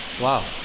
wow